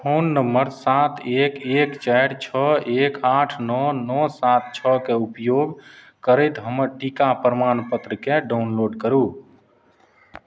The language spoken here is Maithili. फोन नम्बर सात एक एक चारि छओ एक आठ नओ नओ सात छओके उपयोग करैत हमर टीका प्रमाणपत्रके डाउनलोड करू